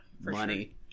money